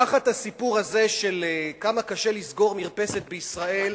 תחת הסיפור הזה של כמה קשה לסגור מרפסת בישראל,